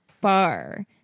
bar